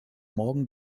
morgen